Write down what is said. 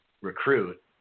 recruit